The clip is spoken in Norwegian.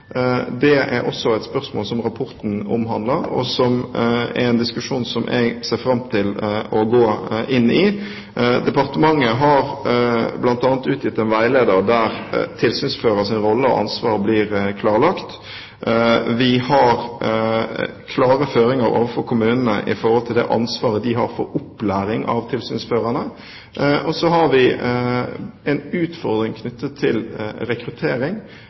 Det er også et spørsmål som rapporten omhandler, og som er en diskusjon som jeg ser fram til å gå inn i. Departementet har bl.a. utgitt en veileder der tilsynsførers rolle og ansvar blir klarlagt. Vi har klare føringer overfor kommunene når det gjelder det ansvaret de har for opplæring av tilsynsførere. Så har vi en utfordring knyttet til rekruttering